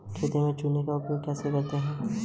Organic में क्या क्या आता है?